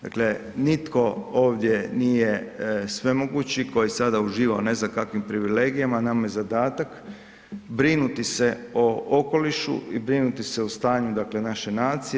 Dakle, nitko ovdje nije svemogući koji sada uživa u ne znam kakvim privilegijama, nama je zadatak brinuti se o okolišu i brinuti se o stanju naše nacije.